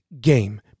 game